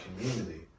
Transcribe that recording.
community